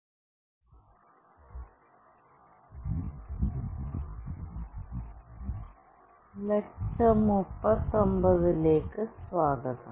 എസ്പീരിമെന്റ using accelerometer lecture 39 ലേക്ക് സ്വാഗതം